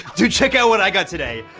dude, check out what i got today.